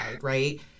right